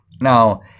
Now